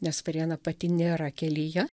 nes varėna pati nėra kelyje